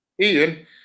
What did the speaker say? ian